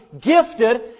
gifted